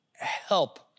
help